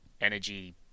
energy